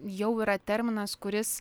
jau yra terminas kuris